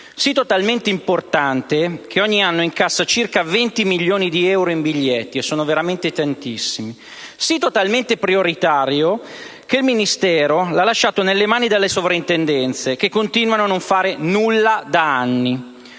sito talmente importante che ogni anno incassa circa 20 milioni di euro in biglietti (sono veramente tantissimi) e talmente prioritario che il Ministero lo ha lasciato nelle mani delle Soprintendenze, che continuano a non fare nulla da anni.